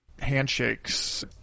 handshakes